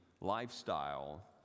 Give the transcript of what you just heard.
lifestyle